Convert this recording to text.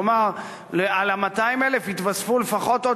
כלומר על ה-200,000 יתווספו לפחות עוד